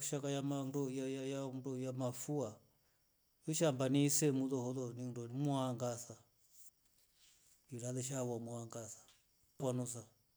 Shaka yama ndoi ya- ya- yao mndoiya mafua wisha ambanise mloholoni mdoni muhaanga irare shawa muwangaza kwamusa